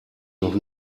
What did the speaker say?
noch